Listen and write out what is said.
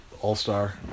All-Star